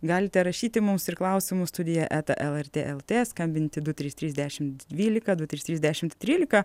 galite rašyti mums ir klausimus studija eta lrt lt skambinti du trys trys dešimt dvylika du trys trys dešimt trylika